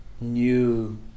new